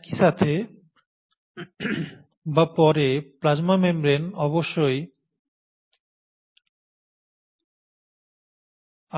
একই সাথে বা পরে প্লাজমা মেমব্রেন অবশ্যই